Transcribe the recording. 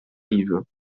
rives